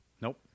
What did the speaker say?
Nope